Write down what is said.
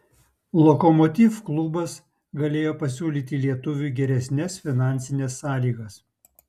lokomotiv klubas galėjo pasiūlyti lietuviui geresnes finansines sąlygas